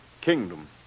kingdom